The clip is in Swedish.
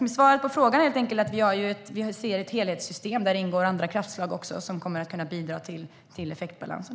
Svaret på frågan är helt enkelt att vi ser ett helhetssystem där det ingår andra kraftslag som också kommer att kunna bidra till effektbalansen.